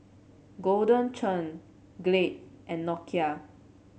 Golden Churn Glade and Nokia